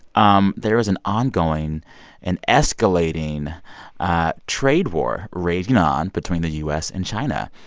um there is an ongoing and escalating trade war raging on between the u s. and china,